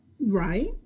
Right